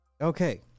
Okay